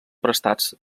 prestats